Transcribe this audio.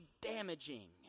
damaging